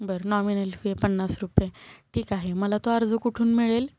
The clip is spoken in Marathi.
बरं नॉमिनल फी पन्नास रुपये ठीक आहे मला तो अर्ज कुठून मिळेल